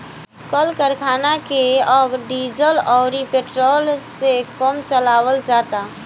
कल करखना के अब डीजल अउरी पेट्रोल से कमे चलावल जाता